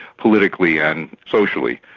politically and socially.